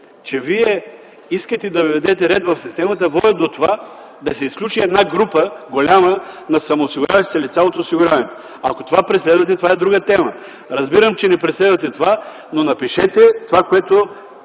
че искате да въведете ред в системата водят до това да се изключи една голяма група – на самоосигуряващите се лица, от осигуряване. Ако това преследвате, е друга тема. Разбирам, че не преследвате това, но напишете това, което